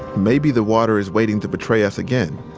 maybe the water is waiting to betray us again,